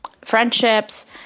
friendships